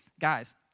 guys